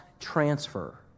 transfer